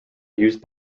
used